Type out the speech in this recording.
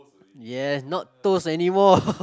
yes not toes anymore